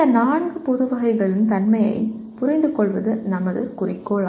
இந்த நான்கு பொது வகைகளின் தன்மையைப் புரிந்துகொள்வது நமது குறிக்கோள்